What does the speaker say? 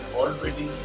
already